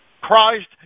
Christ